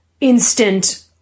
instant